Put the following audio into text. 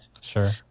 Sure